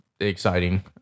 exciting